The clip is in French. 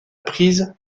prise